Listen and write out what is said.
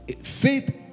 Faith